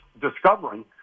discovering